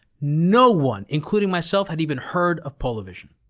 no one, including myself, had even heard of polavision.